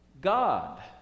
God